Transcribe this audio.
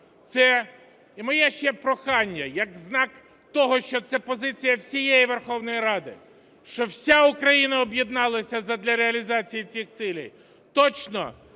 І моє ще прохання, як знак того, що це позиція всієї Верховної Ради, що вся Україна об'єдналася задля реалізації цих цілей, точно